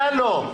לא היה לו,